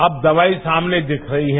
अब दवाई सामने दिख रही है